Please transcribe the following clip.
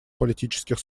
политических